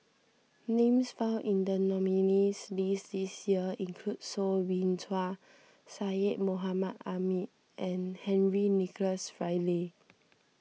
names found in the nominees' list this year include Soo Bin Chua Syed Mohamed Ahmed and Henry Nicholas Ridley